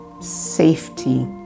safety